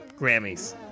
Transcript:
Grammys